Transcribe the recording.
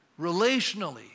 relationally